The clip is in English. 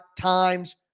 times